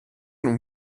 non